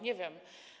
Nie wiem.